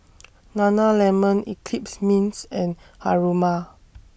Nana Lemon Eclipse Mints and Haruma